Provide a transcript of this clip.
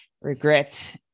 regret